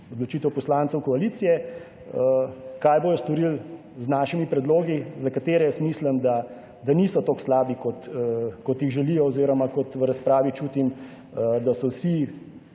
odločitev poslancev koalicije, kaj bodo storili z našimi predlogi, za katere jaz mislim da, da niso tako slabi kot jih želijo oziroma kot v razpravi čutim, da so vsi